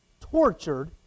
tortured